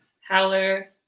howler